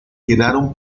quedaron